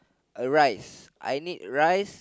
a rice I need rice